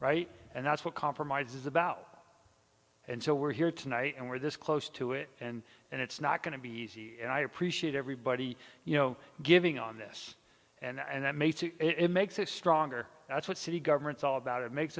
right and that's what compromise is about and so we're here tonight and we're this close to it and and it's not going to be easy and i appreciate everybody you know giving on this and that made it makes it stronger that's what city governments all about it makes